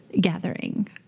gathering